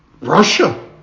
Russia